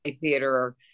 theater